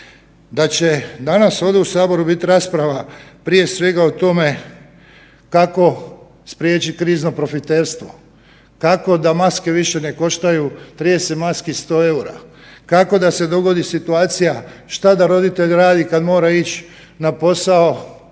da će danas ovdje u saboru biti rasprava prije svega o tome kako spriječiti krizno profiterstvo, kako da maske više ne koštaju 30 maski 100 EUR-a, kako da se dogodi situacija šta da roditelj radi kad mora ići na posao,